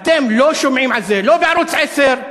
ואתם לא שומעים על זה לא בערוץ 10,